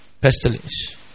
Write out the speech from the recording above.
pestilence